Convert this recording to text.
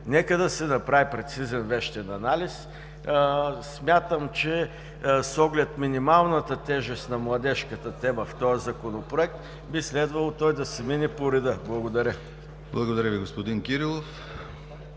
нека да се направи прецизен вещен анализ. Смятам, че с оглед минималната тежест на младежката тема в този Законопроект, би следвало той да си мине по реда. Благодаря. ПРЕДСЕДАТЕЛ ДИМИТЪР ГЛАВЧЕВ: